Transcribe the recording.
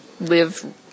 live